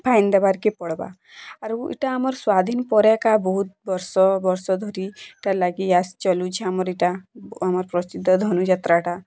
fine ଦେବାର୍ କେ ପଡ଼୍ବା ଆରୁ ଏଇଟା ଆମର୍ ସ୍ୱାଧୀନ୍ ପରେ ଏକା ବହୁତ୍ ବର୍ଷ ବର୍ଷ ଧରି ଏଟା ଲାଗି ଆସୁଛି ଆମର୍ ଏଇଟା ଆମର୍ ପ୍ରସିଦ୍ଧ ଧନୁଯାତ୍ରାଟା